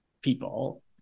people